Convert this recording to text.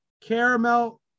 caramel